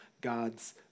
God's